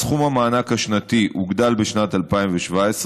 ניתנים: 1. סכום המענק השנתי הוגדל בשנת 2017,